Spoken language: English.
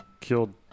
Killed